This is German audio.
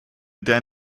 der